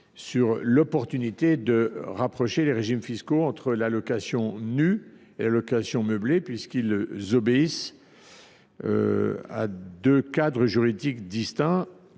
L’opportunité de rapprocher les régimes fiscaux de location nue et de location meublée, lesquels relèvent de deux cadres juridiques distincts,